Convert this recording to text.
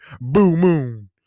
boo-moon